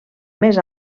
més